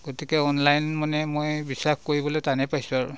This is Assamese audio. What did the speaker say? গতিকে অনলাইন মানে মই বিশ্বাস কৰিবলৈ টানে পাইছোঁ আৰু